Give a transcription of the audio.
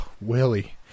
Willie